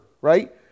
right